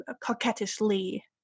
coquettishly